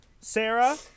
Sarah